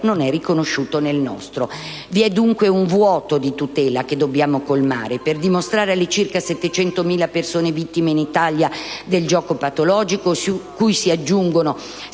ma non nel nostro». Vi è, dunque, un vuoto di tutela che dobbiamo colmare, per dimostrare alle circa 700.000 persone vittime in Italia del gioco patologico (cui si aggiungono circa